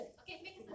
Okay